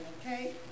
okay